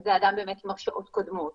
אם זה אדם עם הרשעות קודמות,